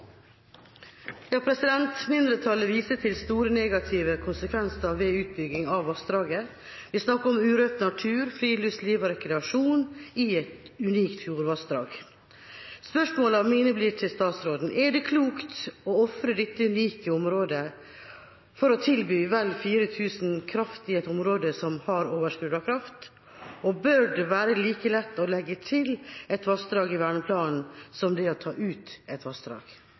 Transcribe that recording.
Mindretallet viser til store negative konsekvenser ved utbygging av vassdraget. Vi snakker om urørt natur, friluftsliv og rekreasjon i et unikt fjordvassdrag. Spørsmålene mine til statsråden blir: Er det klokt å ofre dette unike området for å tilby vel 4 000 kraft i et område som har overskudd på kraft? Og: Bør det være like lett å legge til et vassdrag i verneplanen som det er å ta ut et vassdrag?